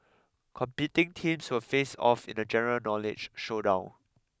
competing teams so face off in a general knowledge showdown